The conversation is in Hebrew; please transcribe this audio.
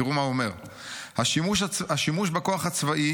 תראו מה הוא אומר: "השימוש בכוח הצבאי